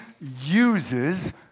uses